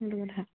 সেইটো কথা